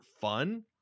fun